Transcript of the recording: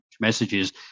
messages